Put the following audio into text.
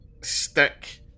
stick